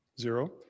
zero